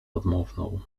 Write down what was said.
odmowną